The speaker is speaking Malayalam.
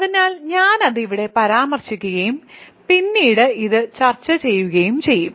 അതിനാൽ ഞാൻ അത് ഇവിടെ പരാമർശിക്കുകയും പിന്നീട് ഇത് ചർച്ച ചെയ്യുകയും ചെയ്യും